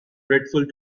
dreadful